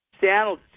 Seattle